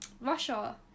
Russia